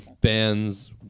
bands